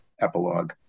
epilogue